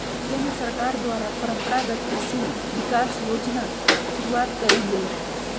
केंद्र सरकार द्वारा परंपरागत कृषि विकास योजना शुरूआत कइल गेलय